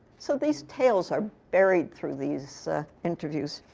so these tales are buried through these interviews.